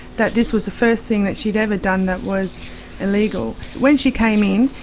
that this was the first thing that she'd ever done that was illegal. when she came in,